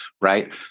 Right